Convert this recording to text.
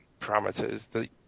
parameters